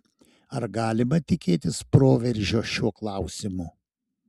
ar galima tikėtis proveržio šiuo klausimu